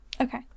Okay